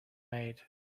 made